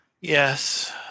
yes